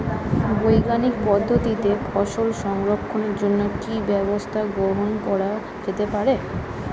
বৈজ্ঞানিক পদ্ধতিতে ফসল সংরক্ষণের জন্য কি ব্যবস্থা গ্রহণ করা যেতে পারে?